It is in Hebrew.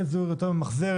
איזו עיר יותר ממחזרת,